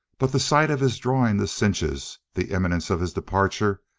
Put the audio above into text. but the sight of his drawing the cinches, the imminence of his departure,